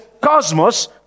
cosmos